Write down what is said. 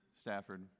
Stafford